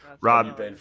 Rob